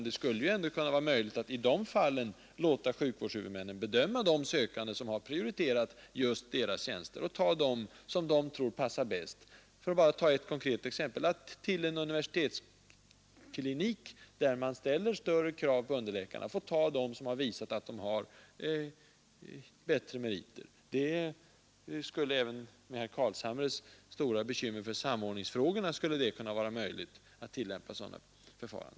Det kan vara möjligt att i de fallen låta sjukvårdshuvudmannen bedöma de sökande som har prioriterat en viss tjänst och ta den som man tror passar bäst, att — för att ta ett konkret exempel till en universitetsklinik, där man ställer större krav på underläkarna, ta den som har visat sig ha bättre meriter. Även med herr Carlshamres stora bekymmer för samordningsfrågorna skulle det vara möjligt att tillämpa ett sådant förfarande.